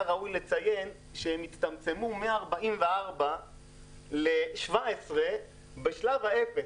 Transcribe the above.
היה ראוי לציין שהם הצטמצמו מ-44 ל-17 בשלב האפס